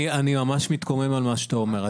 אני ממש מתקומם על מה שאתה אומר.